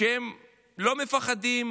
והם לא מפחדים,